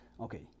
okay